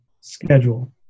schedule